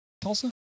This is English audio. Tulsa